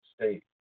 state